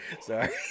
Sorry